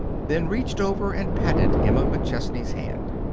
then reached over and patted emma mcchesney's hand.